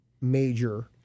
major